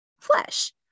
flesh